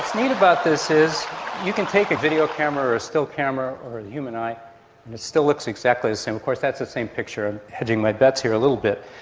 neat about this is you can take a video camera or a still camera or a human eye still looks exactly the same. of course that's the same picture, i'm hedging my bets here a little bit,